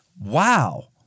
Wow